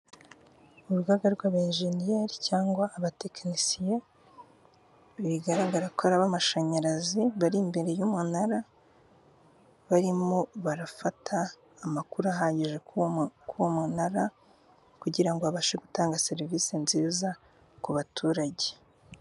Urugaga rw'abenjeniyeri cyangwa abatekinisiye, bigaragara ko ari abamashanyarazi bari imbere y'umunara, barimo barafata amakuru ahagije kuwo mu, kuwo munara kugira ngo babashe gutanga serivise nziza ku baturage.